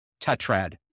tetrad